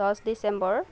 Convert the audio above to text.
দহ ডিচেম্বৰ